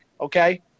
okay